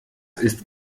ist